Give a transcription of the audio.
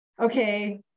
okay